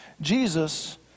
Jesus